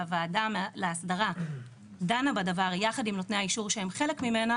שהוועדה להסדרה דנה בדבר יחד עם נותני האישור שהם חלק ממנה